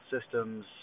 systems